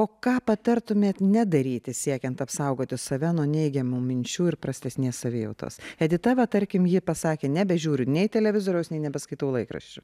o ką patartumėt nedaryti siekiant apsaugoti save nuo neigiamų minčių ir prastesnės savijautos edita va tarkim ji pasakė nebežiūriu nei televizoriaus nei nebeskaitau laikraščių